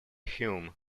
hume